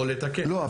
לא,